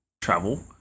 travel